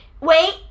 wait